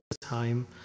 time